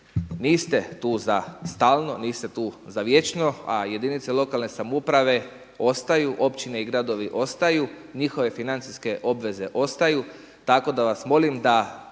niste tu za stalno, niste tu za vječno, a jedinice lokalne samouprave ostaju, općine i gradovi ostaju, njihove financijske obveze ostaju tako da vas molim da